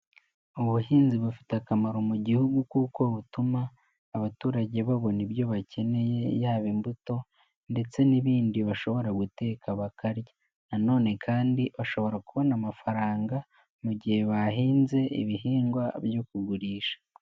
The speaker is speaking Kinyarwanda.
Ubuhinzi bufite akamaro mu gihugu kuko butuma abaturage babona ibyo bakeneye yaba imbuto ndetse n'ibindi bashobora guteka bakarya, na none kandi bashobora kubona amafaranga mu gihe bahinze ibihingwa byo kugurisha.